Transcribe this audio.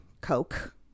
coke